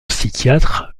psychiatre